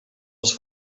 els